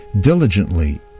diligently